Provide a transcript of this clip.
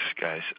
guys